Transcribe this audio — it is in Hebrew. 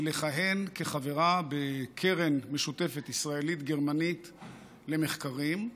לכהן כחברה בקרן משותפת ישראלית-גרמנית למחקרים,